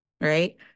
right